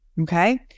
Okay